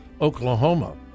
Oklahoma